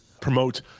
promote